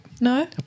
No